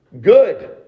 good